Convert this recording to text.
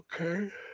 Okay